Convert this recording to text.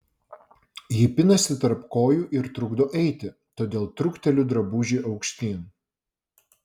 ji pinasi tarp kojų ir trukdo eiti todėl trukteliu drabužį aukštyn